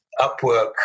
Upwork